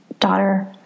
Daughter